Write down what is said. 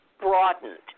broadened